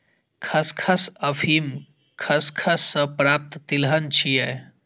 खसखस अफीम खसखस सं प्राप्त तिलहन छियै